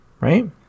right